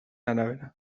arabera